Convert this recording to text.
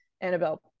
annabelle